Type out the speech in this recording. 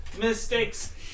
mistakes